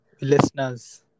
listeners